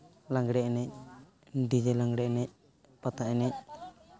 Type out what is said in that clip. ᱞᱟᱜᱽᱬᱮ ᱮᱱᱮᱡ ᱰᱤᱡᱮ ᱞᱟᱜᱽᱬᱮ ᱮᱱᱮᱡ ᱯᱟᱛᱟ ᱮᱱᱮᱡ